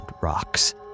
rocks